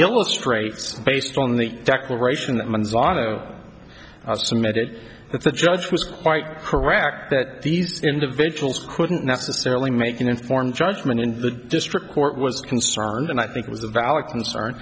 illustrates based on the declaration that manzano submitted that the judge was quite correct that these individuals couldn't necessarily make an informed judgment in the district court was concerned and i think it was a valid concern